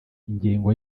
ingengo